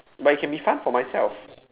but it can be fun for myself